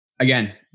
Again